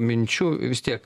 minčių vis tiek